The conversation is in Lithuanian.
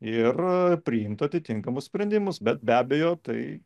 ir priimt atitinkamus sprendimus bet be abejo tai